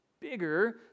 bigger